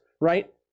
right